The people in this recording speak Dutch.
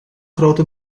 grote